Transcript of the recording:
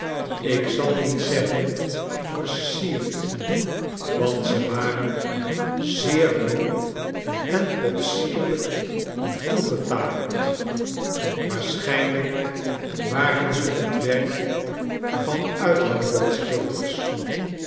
ik zal niet zeggen versierd want ze waren zeer ruw en potsierlijk toegetakeld waarschijnlijk waren ze t werk van